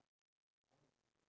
okay